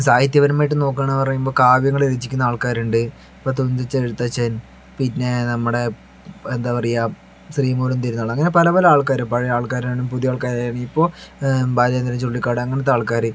സാഹിത്യ പരമായിട്ടു നോക്കുകയാണെന്നു പറയുമ്പോൾ കാവ്യങ്ങൾ രചിക്കുന്ന ആൾക്കാരുണ്ട് ഇപ്പോൾ തുഞ്ചത്തെഴുത്തച്ഛൻ പിന്നെ നമ്മുടെ എന്താ പറയുക ശ്രീമൂലം തിരുനാൾ അങ്ങനെ പല പല ആൾക്കാരും പഴയ ആൾക്കാരായാലും പുതിയ ആൾക്കാരായാലും ഇപ്പോൾ ബാലചന്ദ്രൻ ചുള്ളിക്കാട് അങ്ങനത്തെ ആൾക്കാർ